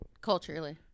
culturally